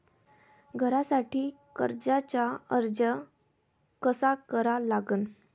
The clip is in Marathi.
घरासाठी कर्जाचा अर्ज कसा करा लागन?